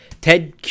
Ted